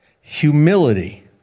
Humility